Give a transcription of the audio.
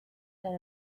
than